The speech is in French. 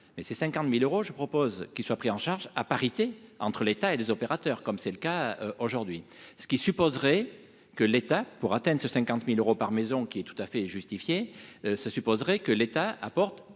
et c'est 50000 euros, je propose qu'il soit pris en charge à parité entre l'État et des opérateurs, comme c'est le cas aujourd'hui, ce qui supposerait que l'État pour Athènes se 50000 euros par maison qui est tout à fait justifiée, ça supposerait que l'État apporte